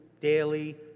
daily